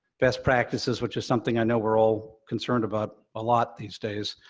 best practices, which is something i know we're all concerned about a lot these days.